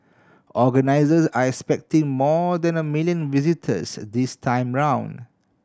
organisers are expecting more than a million visitors this time round